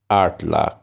آٹھ لاکھ